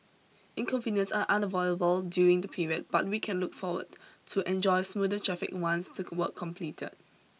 inconvenience are unavoidable during the period but we can look forward to enjoy smoother traffic once took work completed